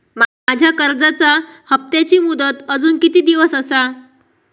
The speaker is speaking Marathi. माझ्या कर्जाचा हप्ताची मुदत अजून किती दिवस असा?